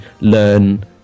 learn